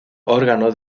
órgano